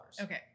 okay